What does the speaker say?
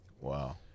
Wow